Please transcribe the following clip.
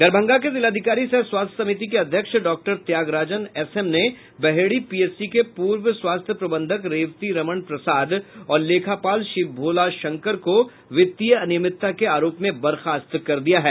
दरभंगा के जिलाधिकारी सह स्वास्थ्य समिति के अध्यक्ष doctor Tyag Rajan S M ने बहेड़ी पीएचसी के पूर्व स्वास्थ्य प्रबंधक रेवती रमण प्रसाद और लेखापाल शिव भोला शंकर को वित्तीय अनियमितता के आरोप में बर्खास्त कर दिया है